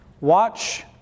watch